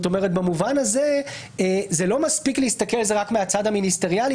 במובן הזה לא מספיק להסתכל על זה רק מהצד המיניסטריאלי,